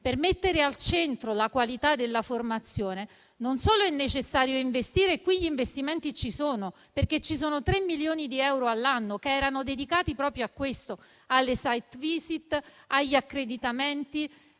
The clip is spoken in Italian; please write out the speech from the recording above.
e mettere al centro la qualità della formazione, è necessario investire e qui gli investimenti ci sono, perché tre milioni di euro all'anno erano dedicati proprio a questo, alle *site visit*, agli accreditamenti,